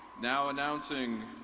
now, announcing.